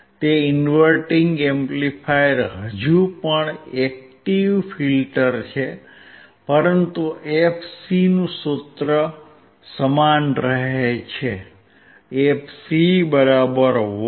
તે inverting amplifier હજુ પણ એક એક્ટીવ ફિલ્ટર છે પરંતુ fc નું સૂત્ર સમાન રહે છે fc 12πRC